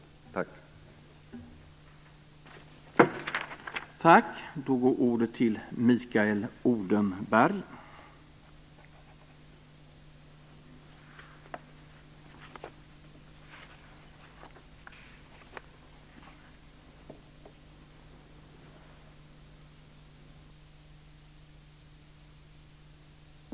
Tack!